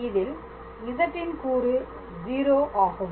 இதில் z ன் கூறு 0 ஆகும்